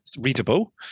readable